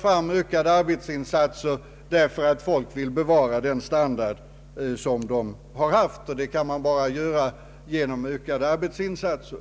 framkalla ökade arbetsinsatser, eftersom folk vill bevara den standard de uppnått, och det kan man bara göra genom ökade arbetsinsatser.